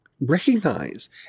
recognize